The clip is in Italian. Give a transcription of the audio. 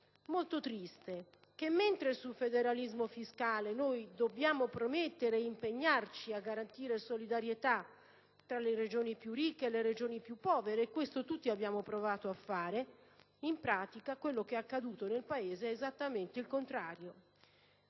molto triste, cioè che mentre sul federalismo fiscale dobbiamo promettere e impegnarci a garantire solidarietà tra le Regioni più ricche e quelle più povere e questo tutti abbiamo provato a fare, in pratica quel che è accaduto nel Paese è esattamente il contrario.